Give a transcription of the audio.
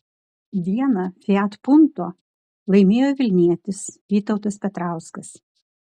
vieną fiat punto laimėjo vilnietis vytautas petrauskas